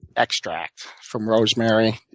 extract from rosemary,